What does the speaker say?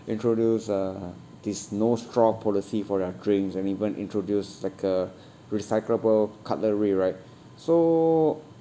introduce uh this no straw policy for their drinks and even introduce like a recyclable cutlery right so